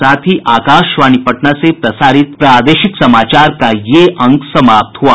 इसके साथ ही आकाशवाणी पटना से प्रसारित प्रादेशिक समाचार का ये अंक समाप्त हुआ